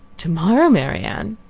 to-morrow, marianne!